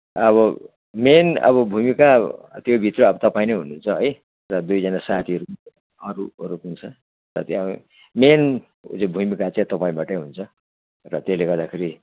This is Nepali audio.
अब मेन अब भूमिका त्यो भित्र अब तपाईँ नै हुनु हुन्छ है र दुइजना साथीहरू अरूहरू पनि छ र त्यहाँ मेन उयो भूमिका चाहिँ अब तपाईँबाट हुन्छ र त्यसले गर्दाखेरि चाहिँ